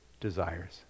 desires